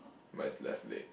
but it's left leg